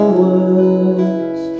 words